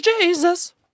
Jesus